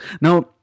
Now